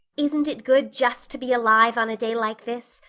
isn't it good just to be alive on a day like this?